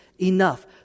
enough